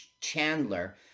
Chandler